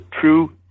true